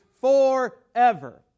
forever